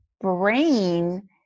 brain